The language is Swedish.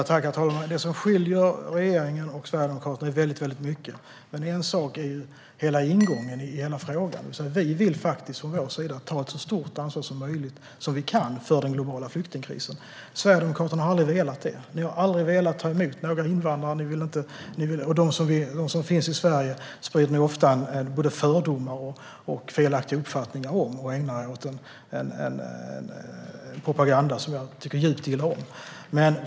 Herr talman! Det är väldigt mycket som skiljer regeringen och Sverigedemokraterna åt. En sak är hela ingången i frågan. Vi vill från vår sida ta ett så stort ansvar som vi kan för den globala flyktingkrisen. Sverigedemokraterna har aldrig velat göra det. Ni har aldrig velat ta emot några invandrare, och dem som finns i Sverige sprider ni ofta både fördomar och felaktiga uppfattningar om. Ni ägnar er åt en propaganda som jag tycker djupt illa om.